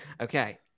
Okay